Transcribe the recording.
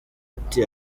ati